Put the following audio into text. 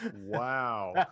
Wow